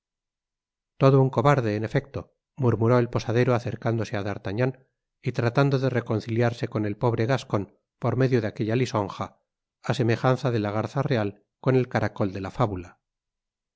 todo un cobarde en efecto murmuró el posadero acercándose á d'artagnan y tratando de reconciliarse con el pobre gascon por medio de aquella lisonja á semejanza de la garza real con el caracol de la fábula